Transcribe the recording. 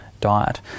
diet